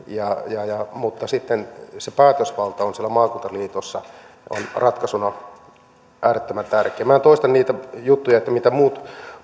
tärkeä mutta sitten se päätösvalta siellä maakuntaliitossa on ratkaisuna äärettömän tärkeä minä en toista niitä juttuja mitä muut